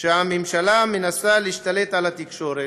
שהממשלה מנסה להשתלט על התקשורת.